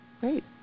Great